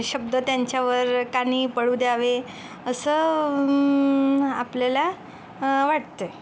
शब्द त्यांच्यावर कानी पडू द्यावे असं आपल्याला वाटते